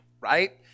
right